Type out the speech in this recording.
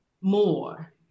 more